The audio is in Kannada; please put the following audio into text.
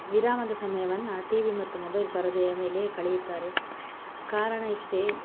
ವಿರಾಮದ ಸಮಯವನ್ನು ಟಿವಿ ಮತ್ತು ಮೊಬೈಲ್ ಪರದೆಯ ಮೇಲೆಯೆ ಕಳೆಯುತ್ತಾರೆ ಕಾರಣ ಇಷ್ಟೆ